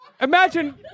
Imagine